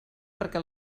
perquè